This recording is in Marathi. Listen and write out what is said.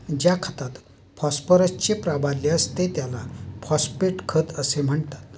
ज्या खतात फॉस्फरसचे प्राबल्य असते त्याला फॉस्फेट खत असे म्हणतात